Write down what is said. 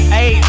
Hey